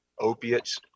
opiates